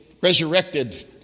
resurrected